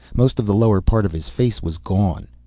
most of the lower part of his face was gone.